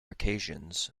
occasions